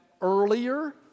earlier